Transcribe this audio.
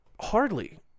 hardly